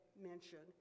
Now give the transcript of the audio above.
mentioned